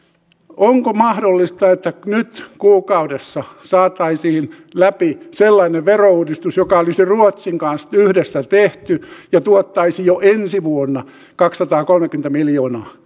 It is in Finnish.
onko mahdollista että nyt kuukaudessa saataisiin läpi sellainen verouudistus joka olisi ruotsin kanssa yhdessä tehty ja tuottaisi jo ensi vuonna kaksisataakolmekymmentä miljoonaa